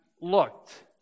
looked